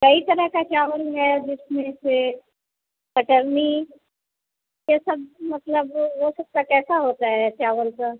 कई तरह का चावल है जिसमें से कटरनी ये सब मतलब ओ सब का कैसा होता है चावल का